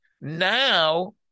now